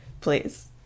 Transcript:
Please